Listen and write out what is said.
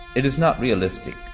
it is not realistic